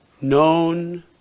Known